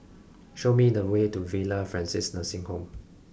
show me the way to Villa Francis Nursing Home